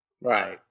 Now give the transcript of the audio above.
Right